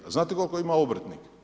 A znate koliko ima obrtnik?